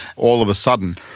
all of a sudden,